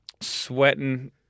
sweating